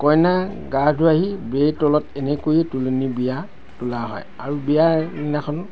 কইনা গা ধোৱাইহি বেই তলত এনেকৈয়ে তুলনী বিয়া তোলা হয় আৰু বিয়াৰ দিনাখন